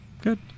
good